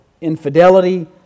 infidelity